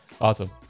Awesome